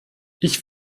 ich